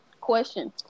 question